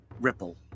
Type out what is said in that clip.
ripple